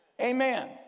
Amen